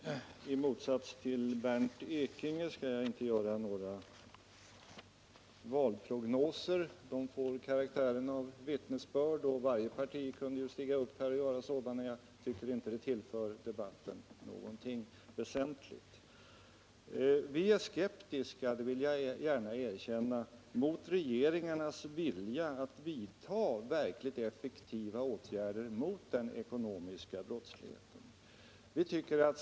Herr talman! I motsats till Bernt Ekinge skall jag inte göra några valprognoser. De får karaktären av vittnesbörd, och varje parti kan ju stiga upp här och göra sådana, men jag tycker inte att de tillför debatten någonting väsentligt. Vi är skeptiska — det vill jag gärna erkänna — mot regeringarnas vilja att vidta verkligt effektiva åtgärder mot den ekonomiska brottsligheten.